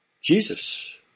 Jesus